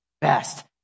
best